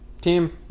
team